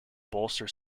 bolster